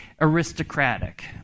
aristocratic